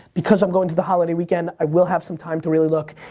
because i'm going to the holiday weekend, i will have some time to really look.